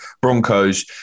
Broncos